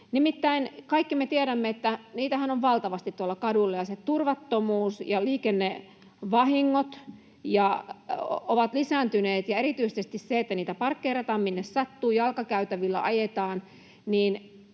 kaikki me tiedämme, että niitähän on valtavasti tuolla kaduilla, ja turvattomuus ja liikennevahingot ovat lisääntyneet ja erityisesti se, että niitä parkkeerataan minne sattuu, jalkakäytävillä ajetaan.